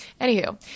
anywho